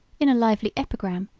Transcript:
in a lively epigram,